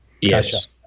Yes